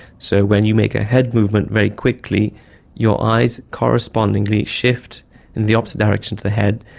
so when you make a head movement very quickly your eyes correspondingly shift in the opposite direction to the head,